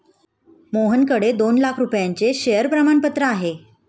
मोहनकडे दोन लाख रुपयांचे शेअर प्रमाणपत्र आहे